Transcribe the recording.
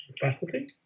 faculty